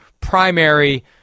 primary